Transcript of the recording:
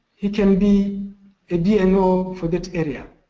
he can be a dno for that area,